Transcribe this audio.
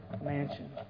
mansion